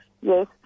yes